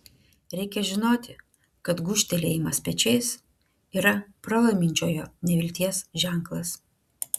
reikia žinoti kad gūžtelėjimas pečiais yra pralaiminčiojo nevilties ženklas